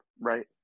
right